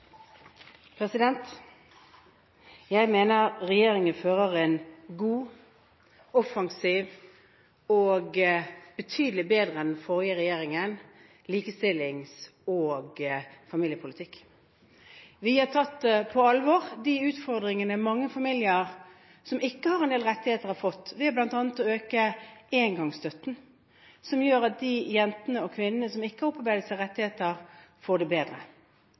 Jeg mener at regjeringen fører en god, offensiv og betydelig bedre likestillings- og familiepolitikk enn den forrige regjeringen. Vi har tatt på alvor de utfordringene mange familier som ikke har en del rettigheter, har fått, ved bl.a. å øke engangsstøtten, noe som gjør at de jentene og kvinnene som ikke har opparbeidet seg rettigheter, får det bedre. Vi bidrar til et bedre